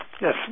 Yes